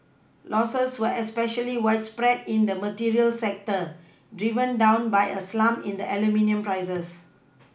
Losses were especially widespread in the materials sector driven down by a slump in the aluminium prices